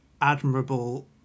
admirable